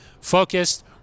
focused